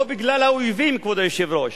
לא בגלל האויבים, כבוד היושב-ראש,